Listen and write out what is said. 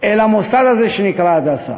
כלפי המוסד הזה שנקרא "הדסה".